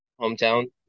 hometown